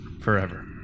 forever